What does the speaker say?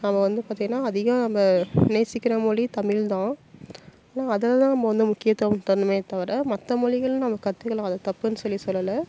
நாம் வந்து பார்த்திங்கனா அதிகம் நம்ம நேசிக்கிற மொழி தமிழ் தான் ஆனால் அதில் தான் நம்ம வந்து முக்கியத்துவம் தரணுமே தவிர மற்ற மொழிகளும் நம்ம கற்றுக்கலாம் அதை தப்புன்னு சொல்லி சொல்லலை